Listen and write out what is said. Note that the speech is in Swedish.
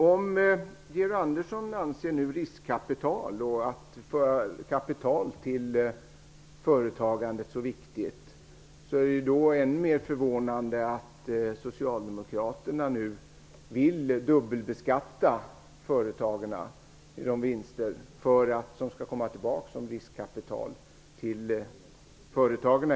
Om Georg Andersson anser att riskkapital och kapital till företagandet är så viktigt, är det ännu mer förvånande att Socialdemokraterna nu vill dubbelbeskatta företagarnas vinster för att de på nytt skall komma tillbaka som riskkapital till företagen.